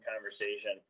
conversation